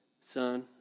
son